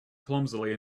clumsily